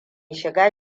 shiga